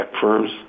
firms